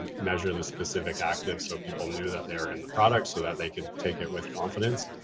and measure the specific actives, so people knew that they are in the product so that they could take it with confidence,